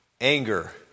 Anger